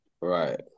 Right